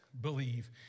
believe